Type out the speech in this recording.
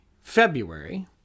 February